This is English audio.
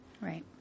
Right